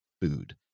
food